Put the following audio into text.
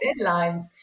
deadlines